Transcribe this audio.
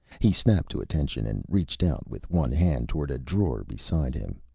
he snapped to attention, and reached out with one hand toward a drawer beside him.